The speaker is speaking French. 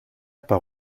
part